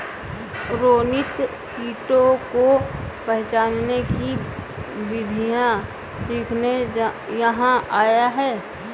रोनित कीटों को पहचानने की विधियाँ सीखने यहाँ आया है